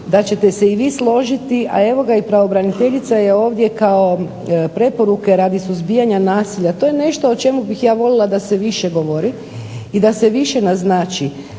da ćete se i vi složiti, a evo ga i pravobraniteljica je ovdje kao preporuke radi suzbijanja nasilja. To je nešto o čemu bih ja volila da se više govori i da se više naznači,